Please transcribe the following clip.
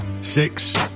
six